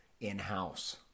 in-house